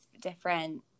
different